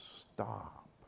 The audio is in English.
stop